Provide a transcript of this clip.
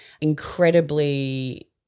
incredibly